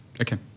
Okay